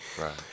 Right